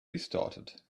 restarted